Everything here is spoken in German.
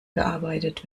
gearbeitet